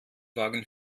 wagen